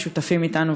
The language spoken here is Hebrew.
ששותפים אתנו,